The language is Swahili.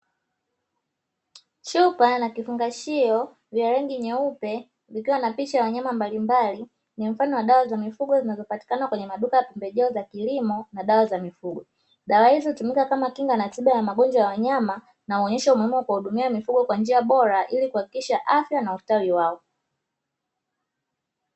Chupa na vifungashio vya rangi nyeupe vikiwa na picha ya wanyama mbalimbali ni mfano wa dawa za mifugo zinazopatikana kwenye maduka ya pembejeo za kilimo na dawa za mifugo. Dawa hizo hutumika kama kinga na tiba ya magonjwa ya wanyama na huonyesha umuhimu wa kuwahudumia mifugo kwa njia bora ili kuhakikisha afya na ustawi wao.